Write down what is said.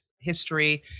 history